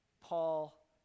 Paul